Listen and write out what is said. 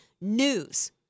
news